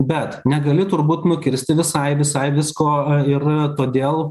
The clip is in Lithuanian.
bet negali turbūt nukirsti visai visai visko ir todėl